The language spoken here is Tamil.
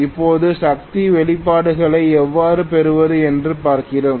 இப்போது சக்தி வெளிப்பாடுகளை எவ்வாறு பெறுவது என்று பார்ப்போம்